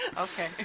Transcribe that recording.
Okay